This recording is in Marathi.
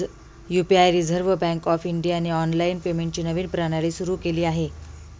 यु.पी.आई रिझर्व्ह बँक ऑफ इंडियाने ऑनलाइन पेमेंटची नवीन प्रणाली सुरू केली आहे